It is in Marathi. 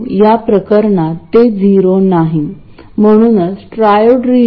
तर कधीकधी हे dc ब्लॉकिंग कॅपेसिटर म्हणून देखील ओळखले जाते